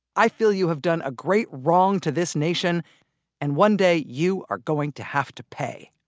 i feel you have done a great wrong to this nation and one day you are going to have to pay.